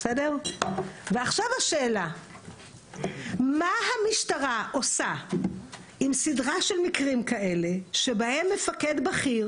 עכשיו השאלה מה המשטרה עושה עם סדרה של מקרים כאלה שבהם מפקד בכיר